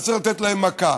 אז צריך לתת להם מכה,